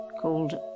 called